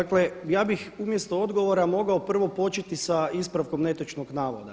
Dakle, ja bih umjesto odgovora mogao prvo početi sa ispravkom netočnog navoda.